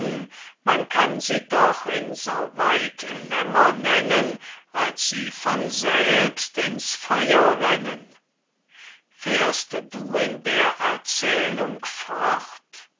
man kann sie doch insoweit lämmer nennen als sie von selbst ins feuer rennen fährst du in der erzählung fort